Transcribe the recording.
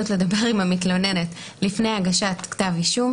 לדבר עם המתלוננת לפני הגשת כתב אישום,